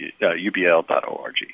ubl.org